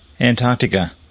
Antarctica